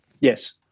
Yes